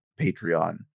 Patreon